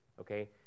okay